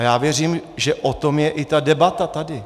Já věřím, že o tom je i ta debata tady.